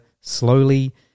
slowly